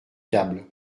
câble